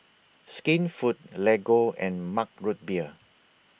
Skinfood Lego and Mug Root Beer